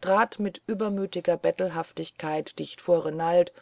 trat mit übermütiger bettelhaftigkeit dicht vor renald